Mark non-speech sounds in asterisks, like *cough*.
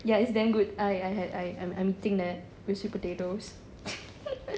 ya it's damn good I I I'm eating that with sweet potatoes *laughs*